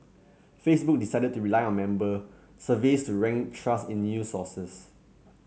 Facebook decided to rely on member surveys to rank trust in news sources